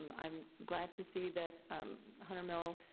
um i'm glad to see that hunter mill,